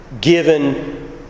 given